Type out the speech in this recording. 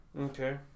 Okay